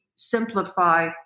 simplify